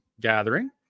gathering